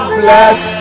bless